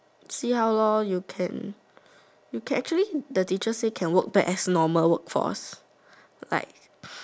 see how lor you can actually the teacher say can work normal work for us like